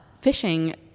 fishing